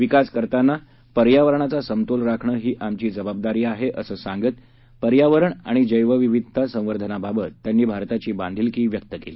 विकास करताना पर्यावरणाचा समतोल राखणं ही आमची जबाबदारी आहे असं सांगत पर्यावरण आणि जैवविविधता संवर्धनाबाबत त्यांनी भारताची बांधिलकी यावेळी व्यक्त केली